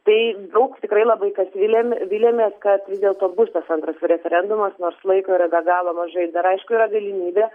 tai daug tikrai labai kas viliam viliamės kad vis dėlto bus antras referendumas nors laiko yra be galo mažai ir dar aišku yra galimybė